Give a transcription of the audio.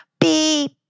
beep